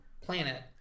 planet